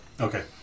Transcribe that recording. Okay